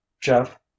Jeff